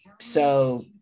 So-